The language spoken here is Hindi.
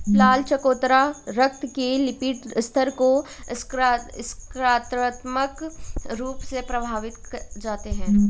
लाल चकोतरा रक्त के लिपिड स्तर को सकारात्मक रूप से प्रभावित कर जाते हैं